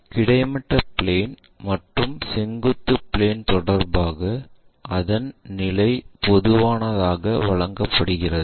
கிடைமட்ட பிளேன் மற்றும் செங்குத்து பிளேன் தொடர்பாக அதன் நிலை பொதுவாக வழங்கப்படுகிறது